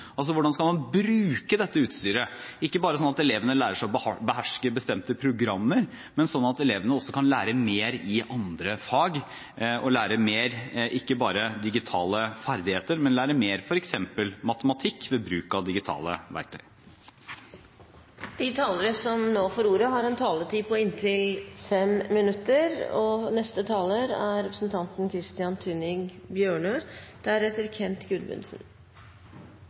altså hvordan man skal bruke dette utstyret – ikke bare sånn at elevene lærer seg å beherske bestemte programmer, men også sånn at elevene kan lære mer i andre fag, ikke bare lære seg bedre digitale ferdigheter, men også f.eks. matematikk, ved bruk av digitale verktøy. Noen grunnleggende ferdigheter er nødvendige forutsetninger for læring og utvikling i både skole og samfunnsliv. Vi har definert hvilke ferdigheter som er